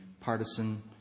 partisan